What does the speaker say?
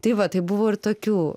tai va tai buvo ir tokių